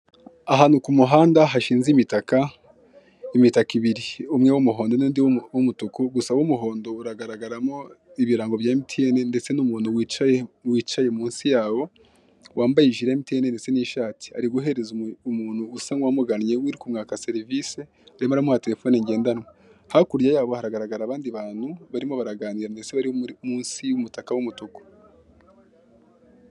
Ahantu ku muhanda hashinze imitaka ibiri umwe w'umuhondo n'undi w'umutuku gusa uw'umuhonda uragaragaramo ibirango bya emutiyeni ndetse n'umuntu wicaye munsi yawo wambaye ijiri ya emutiyeni ndetse n'ishati ari guhereza umuntu serivise usa n'uwamugannye uri kumwaka serivise arimo aramuha telefone ngendanwa. Hakurya yaho haragaragara abandi bantu barimo baraganira mbese bari munsi y'umutaka w'umutuku.